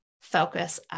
focus